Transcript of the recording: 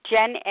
Jen